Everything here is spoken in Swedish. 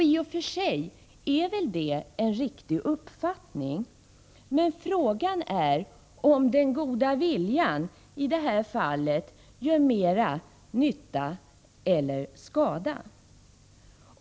I och för sig är det väl en riktig uppfattning, men frågan är om den goda viljan i detta fall gör mest nytta eller skada.